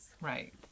Right